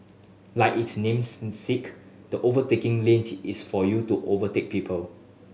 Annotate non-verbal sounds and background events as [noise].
like its names sake the overtaking lane [unintelligible] is for you to overtake people